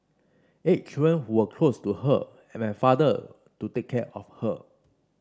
eight children who were close to her and my father to take care of her